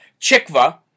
Chikva